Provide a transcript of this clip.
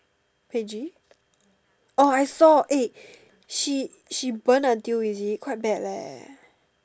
Paige orh I saw eh she she burn until is it quite bad leh